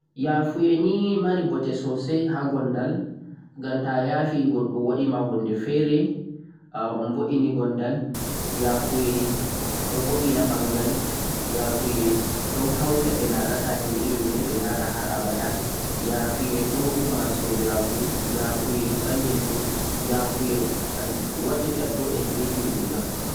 Yafuye nii mari ɓote sosai ha gondal ngam yafuye ɗon vuɗɗ'ena ɓangal, ɗon narrah vunduɓe, ɗon teddina sobiraku boo ɗon wadda junde jam